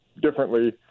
differently